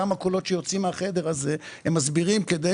גם הקולות שיוצאים מהחדר הזה מסבירים כדי